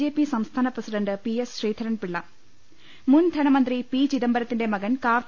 J P സംസ്ഥാന president P S Sreedharan Pillai മുൻധനമന്ത്രി P ചിദംബരത്തിന്റെ മകൻ കാർത്തി